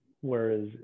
Whereas